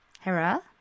Hera